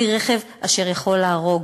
כלי רכב אשר יכול להרוג.